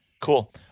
Cool